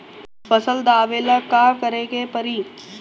फसल दावेला का करे के परी?